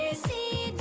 see